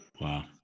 Wow